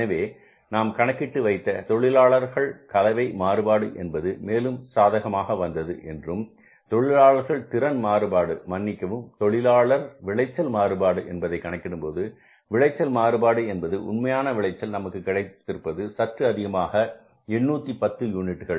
எனவே நாம் கணக்கிட்டு வைத்த தொழிலாளர் கலவை மாறுபாடு என்பது மேலும் சாதகமாக வந்தது என்றும் தொழிலாளர் திறன் மாறுபாடு மன்னிக்கவும் தொழிலாளர் விளைச்சல் மாறுபாடு என்பதை கணக்கிடும்போது விளைச்சல் மாறுபாடு என்பது உண்மையான விளைச்சல் நமக்குக் கிடைத்திருப்பது சற்று அதிகமாக 810 யூனிட்டுகள்